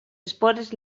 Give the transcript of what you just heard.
espores